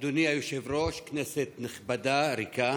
אדוני היושב-ראש, כנסת נכבדה, ריקה,